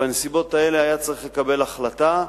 בנסיבות האלה היה צריך לקבל החלטה,